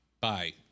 Bye